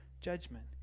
judgment